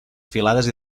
filades